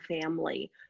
Family